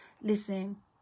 listen